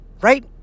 Right